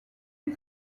est